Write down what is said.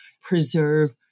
preserve